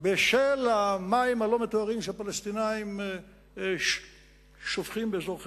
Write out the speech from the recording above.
בשל המים הלא-מטוהרים שהפלסטינים שופכים באזור חברון.